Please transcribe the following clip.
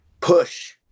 push